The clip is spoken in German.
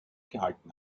gehalten